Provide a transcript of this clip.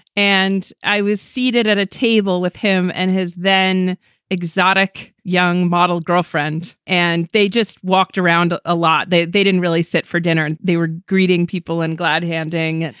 and i was seated at a table with him and his then exotic young model girlfriend, and they just walked around a ah lot. they they didn't really sit for dinner and they were greeting people and glad handing.